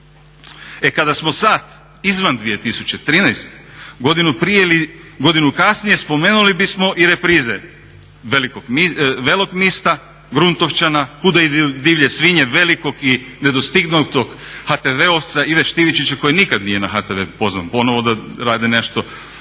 E kada smo sad izvan 2013. godinu prije ili godinu kasnije spomenuli bismo i reprize Velog mista, Gruntovčana, Kuda idu divlje svinje, velikog i nedostignutog HTV-ovca Ive Štivičića koji nikad nije na HTV pozvan ponovno da radi nešto,